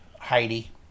Heidi